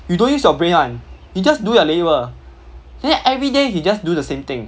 you don't use your brain one you just do your labour then everyday you just do the same thing